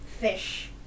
Fish